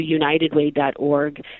unitedway.org